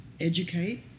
educate